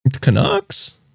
Canucks